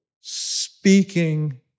Speaking